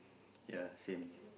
ya same